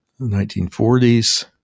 1940s